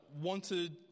wanted